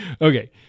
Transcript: Okay